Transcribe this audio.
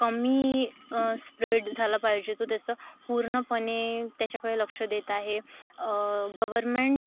कमी स्प्रेड झालं पाहिजे तर त्याचं पूर्णपणे त्याच्याकडे लक्ष देत आहे गव्हर्मेंट